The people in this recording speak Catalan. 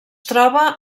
troba